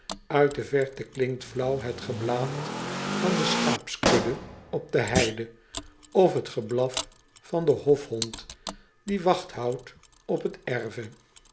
it de verte klinkt flaauw het geblaat van de schaapskudde op de heide of het geblaf van den hofhond die wacht houdt op het erve